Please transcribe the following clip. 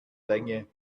länge